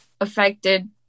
affected